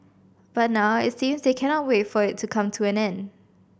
but now it seems they cannot wait for it to come to an end